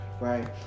right